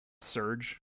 Surge